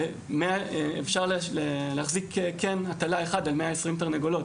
אפשר להחזיק קן הטלה אחד על 120 תרנגולות.